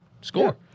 score